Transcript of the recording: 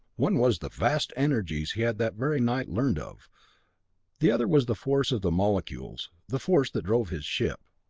one was the vast energies he had that very night learned of the other was the force of the molecules, the force that drove his ship.